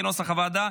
כנוסח הוועדה,